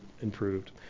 improved